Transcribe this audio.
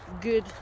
good